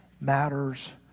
matters